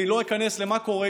אני לא איכנס למה קורה,